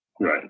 Right